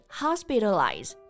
hospitalized